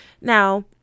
now